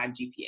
GPA